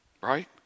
Right